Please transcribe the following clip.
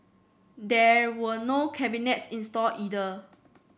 there were no cabinets installed either